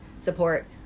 support